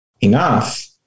enough